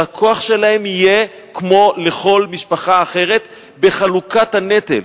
שהכוח שלהן יהיה כמו של כל משפחה אחרת בחלוקת הנטל.